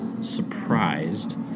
surprised